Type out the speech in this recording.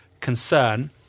concern